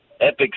epic